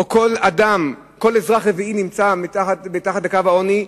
כל אדם, כל אזרח רביעי נמצא מתחת לקו העוני.